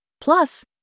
plus